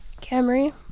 Camry